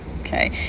okay